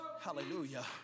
hallelujah